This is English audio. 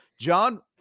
John